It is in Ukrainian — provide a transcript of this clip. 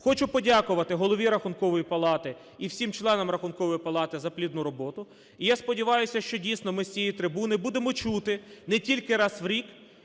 Хочу подякувати голові Рахункової палати і всім членам Рахункової палати за плідну роботу. І я сподіваюся, що, дійсно, ми з цієї трибуни будемо чути не тільки раз в рік